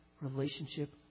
relationship